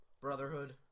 Brotherhood